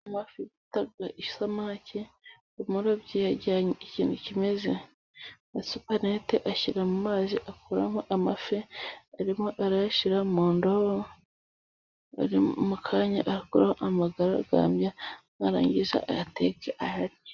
Amafi twita isamake, Umurobyi yajyanye ikintu kimeze nka supanete, ashyira mu mazi akuramo amafi. Arimo arayashyira mu ndobo mu kanya arakuraho amagaragamba, narangiza ayateke ayarye.